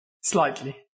Slightly